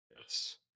Yes